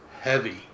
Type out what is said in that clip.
heavy